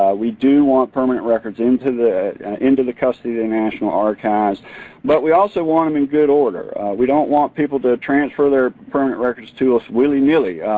we do want permanent records into the into the custody of national archives but we also want them in good order. we don't want people to transfer their permanent records to us willy nilly.